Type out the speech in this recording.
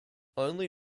only